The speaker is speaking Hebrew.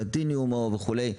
פלטיניום וכולי,